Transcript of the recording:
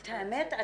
את האמת,